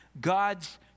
God's